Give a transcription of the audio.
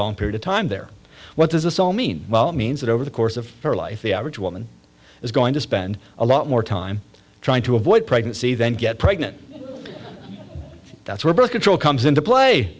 long period of time there what does this all mean well it means that over the course of her life the average woman is going to spend a lot more time trying to avoid pregnancy then get pregnant that's where birth control comes into play